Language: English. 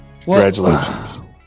Congratulations